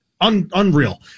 Unreal